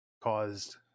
caused